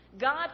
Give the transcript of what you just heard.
God